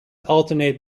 alternate